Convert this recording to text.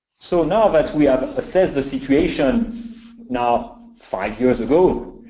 so now that we have assessed the situation now five years ago,